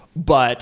but